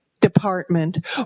department